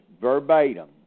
verbatim